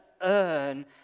earn